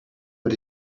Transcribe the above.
but